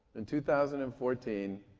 in two thousand and fourteen,